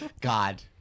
God